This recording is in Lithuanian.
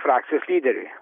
frakcijos lyderiui